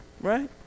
right